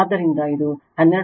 ಆದ್ದರಿಂದ ಇದು 12